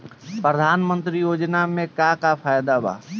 प्रधानमंत्री योजना मे का का फायदा बा?